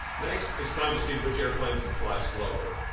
next, it's time to see which airplane can fly slower.